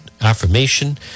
affirmation